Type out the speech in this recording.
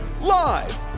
Live